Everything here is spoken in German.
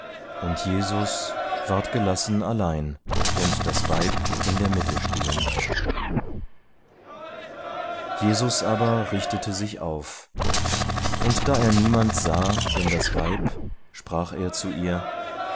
und jesus ward gelassen allein und das weib in der mitte stehend jesus aber richtete sich auf und da er niemand sah denn das weib sprach er zu ihr